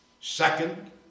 second